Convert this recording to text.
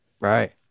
Right